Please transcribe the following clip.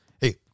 Hey